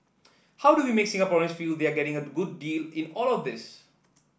how do you make Singaporean feel they are getting a good deal in all of this